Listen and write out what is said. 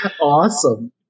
Awesome